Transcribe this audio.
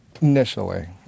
initially